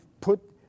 put